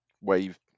wave